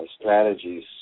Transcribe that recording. strategies